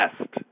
best